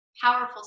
powerful